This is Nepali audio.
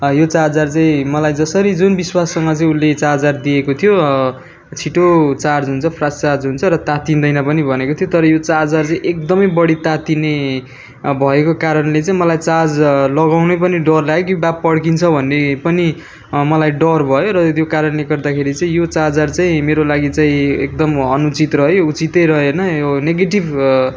यो चार्जर चाहिँ मलाई जसरी जुन विश्वाससँग चाहिँ उसले चार्जर दिएको थियो छिटो चार्ज हुन्छ फास्ट चार्ज हुन्छ र तात्तिँदैन पनि भनेको थियो तर यो चार्जर चाहिँ एकदमै बढी तात्तिने भएको कारणले चाहिँ मलाई चार्ज लगाउनै पनि डर लाग्यो कि बा पड्किन्छ भन्ने पनि मलााई डर भयो र त्यो कारणले गर्दाखेरि चाहिँ यो चार्जर चाहिँ मेरो लागि चाहिँ एकदम अनुचित रह्यो उचितै रहेन यो नेगेटिभ